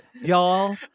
Y'all